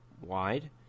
wide